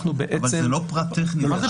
אז אנחנו בעצם --- אבל זה לא פרט טכני.